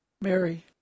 Mary